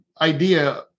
idea